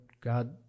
God